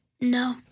no